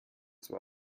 zwar